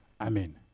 Amen